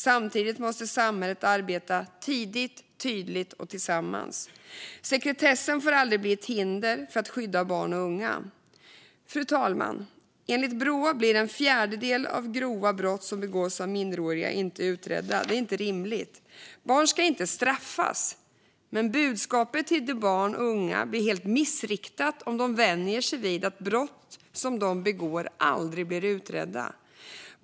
Samtidigt måste samhället arbeta tidigt, tydligt och tillsammans. Sekretessen får aldrig bli ett hinder för skydd av barn och unga. Fru talman! Enligt Brå blir en fjärdedel av grova brott som begås av minderåriga inte utredda. Det är inte rimligt. Barn ska inte straffas, men budskapet till barn och unga blir helt missriktat om de vänjer sig vid att brott som de begår aldrig blir utredda.